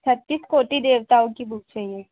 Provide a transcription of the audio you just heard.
छत्तीस कोटि देवताओं की बुक चाहिए